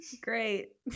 great